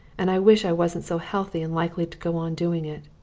and i wish i wasn't so healthy and likely to go on doing it.